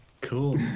cool